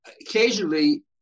occasionally